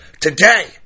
Today